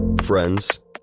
friends